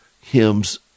hymn's